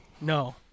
no